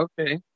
okay